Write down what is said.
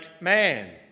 man